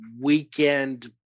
weekend